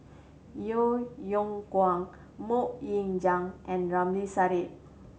Yeo Yeow Kwang Mok Ying Jang and Ramli Sarip